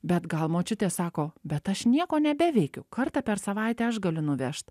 bet gal močiutė sako bet aš nieko nebeveikiu kartą per savaitę aš galiu nuvežt